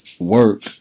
work